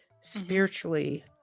spiritually